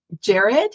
Jared